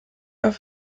auf